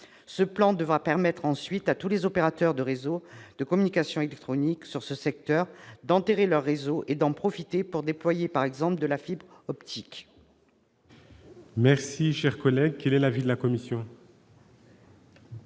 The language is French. Ce plan devra permettra ensuite à tous les opérateurs de réseaux de communications électroniques présents sur ce secteur d'enterrer leurs réseaux et de saisir cette occasion pour déployer, par exemple, de la fibre optique.